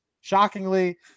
shockingly